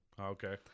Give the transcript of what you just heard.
Okay